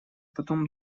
потом